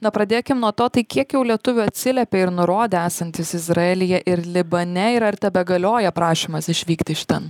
na pradėkim nuo to tai kiek jau lietuvių atsiliepė ir nurodė esantys izraelyje ir libane ir ar tebegalioja prašymas išvykti iš ten